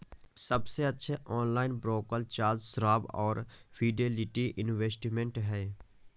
सबसे अच्छे online broker Charles Schwab और फिडेलिटी इन्वेस्टमेंट हैं